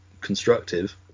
constructive –